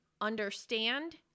understand